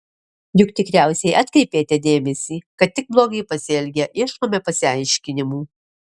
juk tikriausiai atkreipėte dėmesį kad tik blogai pasielgę ieškome pasiaiškinimų